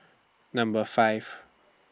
Number five